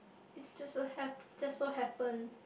it's just a hap~ just so happen